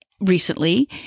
recently